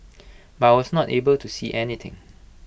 but I was not able to see anything